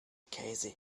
käse